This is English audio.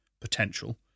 potential